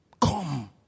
Come